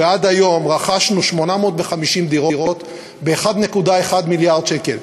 ועד היום רכשנו 850 דירות ב-1.1 מיליארד שקל.